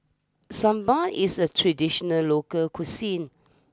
Sambar is a traditional local cuisine